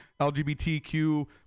LGBTQ